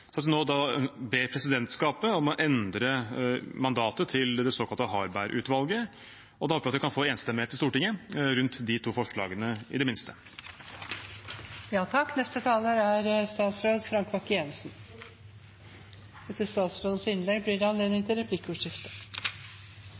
at vi nå ber presidentskapet om å endre mandatet til det såkalte Harberg-utvalget, og vi håper vi kan få enstemmighet i Stortinget rundt de to forslagene i det